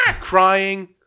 crying